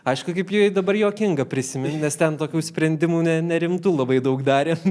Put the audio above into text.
aišku kaip jau dabar juokinga prisimint nes ten tokių sprendimų ne nerimtu labai daug darėm